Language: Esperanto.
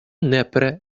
nepre